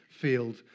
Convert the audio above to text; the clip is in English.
field